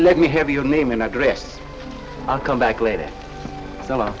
let me have your name and address i'll come back later